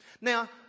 now